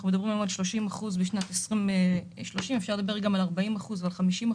אנחנו מדברים על 30% בשנת 2030. אפשר לדבר גם על 40% או 50%,